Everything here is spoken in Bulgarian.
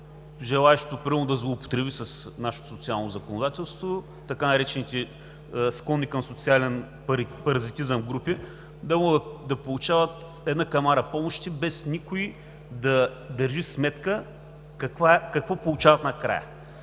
желаещо примерно да злоупотреби с нашето социално законодателство, така наречените склонни към социален паразитизъм групи, да получават камара помощи, без никой да държи сметка какво получават накрая.